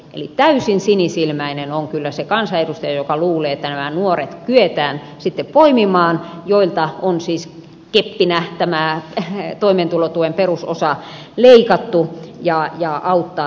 eli täysin sinisilmäinen on kyllä se kansanedustaja joka luulee että kyetään sitten poimimaan nämä nuoret joilta on siis keppinä toimeentulotuen perusosa leikattu ja auttamaan heitä eteenpäin